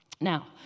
Now